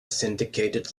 syndicated